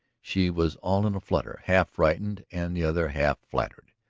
she was all in a flutter, half frightened and the other half flattered.